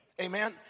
amen